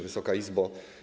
Wysoka Izbo!